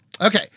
Okay